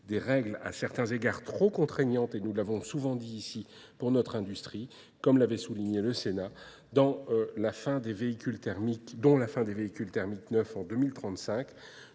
des règles à certains égards trop contraignantes, et nous l'avons souvent dit ici pour notre industrie, comme l'avait souligné le Sénat, dont la fin des véhicules thermiques neufs en 2035,